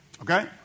Okay